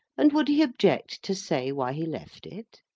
and would he object to say why he left it?